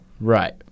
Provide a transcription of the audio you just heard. right